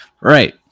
Right